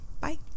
Bye